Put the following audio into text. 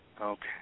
Okay